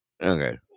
okay